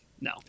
No